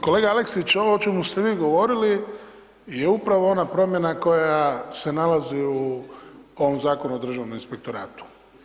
Kolega Aleksić, ovo o čemu ste vi govorili je upravo ona promjena koja se nalazi u ovom Zakonu o Državnom inspektoratu.